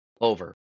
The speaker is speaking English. over